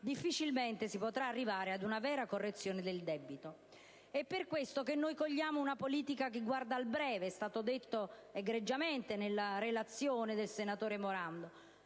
difficilmente ci potrà essere una seria e ulteriore correzione del debito. È per questo che cogliamo una politica che guarda al breve, è stato detto egregiamente nella relazione del senatore Morando.